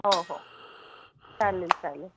हो हो चालेल चालेल